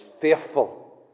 faithful